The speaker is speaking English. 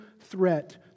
threat